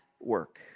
work